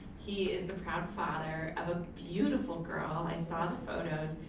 he is the proud father of a beautiful girl, i saw the photos,